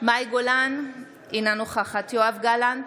מאי גולן, אינה נוכחת יואב גלנט,